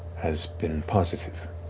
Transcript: has been positive.